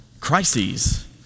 crises